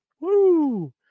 woo